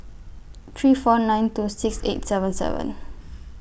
three four nine two six eight seven seven